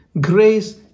grace